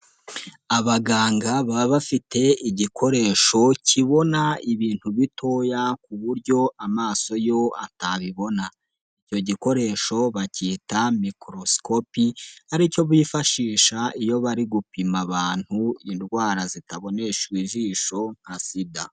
Abaganga baba bafite igikoresho kibona ibintu bitoya ku buryo amaso yo atabibona, icyo gikoresho bacyita Mikorosicopi, aricyo bifashisha iyo bari gupima abantu indwara zitaboneshwa ijisho nka sida.